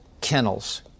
kennels